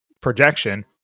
projection